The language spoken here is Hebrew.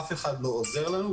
אף אחד לא עוזר לנו.